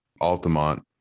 Altamont